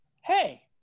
Hey